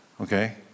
Okay